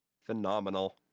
phenomenal